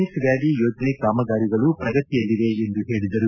H valley ಯೋಜನೆ ಕಾಮಗಾರಿಗಳು ಪ್ರಗತಿಯಲ್ಲಿವೆ ಎಂದು ಹೇಳಿದರು